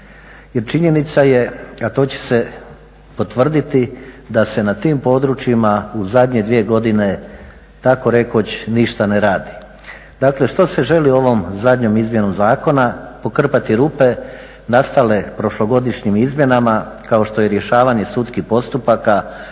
Jer činjenica je, a to će se potvrditi, da se na tim područjima u zadnje dvije godine takorekoć ništa ne radi. Dakle, što se želi ovom zadnjom izmjenom zakona? Pokrpati rupe nastale prošlogodišnjim izmjenama kao što je rješavanje sudskih postupaka